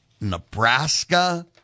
Nebraska